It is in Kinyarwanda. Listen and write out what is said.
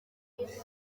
yari